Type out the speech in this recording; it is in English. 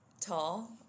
Tall